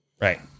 Right